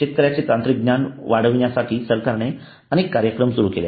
शेतकऱ्यांचे तांत्रिक ज्ञान वाढविण्यासाठी सरकारने अनेक कार्यक्रम सुरू केले आहेत